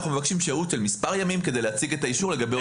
אנחנו מבקשים שהות של מספר ימים כדי להציג את האישור לגבי אותו עובד.